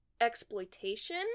exploitation